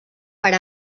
per